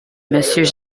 monsieur